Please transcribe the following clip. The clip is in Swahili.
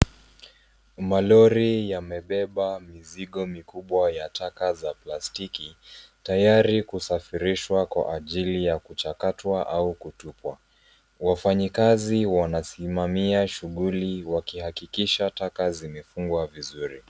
Malori yamebeba mizigo mikubwa ya taka za plastiki, tayari kusafirishwa kwa ajili ya kuchakatwa au kutupwa. Wafanyikazi wanasimamia shughuli wakihakikisha taka zimefungwa vizuri.